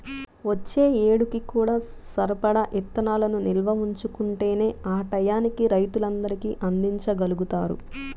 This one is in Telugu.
వచ్చే ఏడుకి కూడా సరిపడా ఇత్తనాలను నిల్వ ఉంచుకుంటేనే ఆ టైయ్యానికి రైతులందరికీ అందిచ్చగలుగుతారు